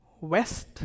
west